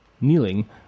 Kneeling